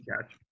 catch